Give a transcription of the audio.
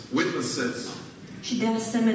witnesses